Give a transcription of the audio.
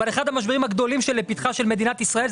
אבל אחד המשברים הגדולים לפתחה של מדינת ישראל.